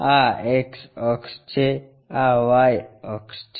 આ X અક્ષ છે આ Y અક્ષ છે